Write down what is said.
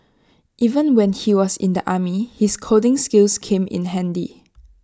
even when he was in the army his coding skills came in handy